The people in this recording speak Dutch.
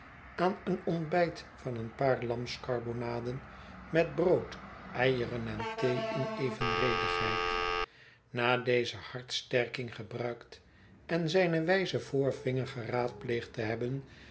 aan een ontbijt van een paar lamskarbonaden met brood eieren en thee in evenredigheid na deze hartsterking gebruikt en zijn wijzen voorvinger geraadpleegd te hebben